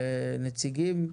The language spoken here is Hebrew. לנציגים,